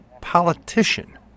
politician